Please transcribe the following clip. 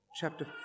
chapter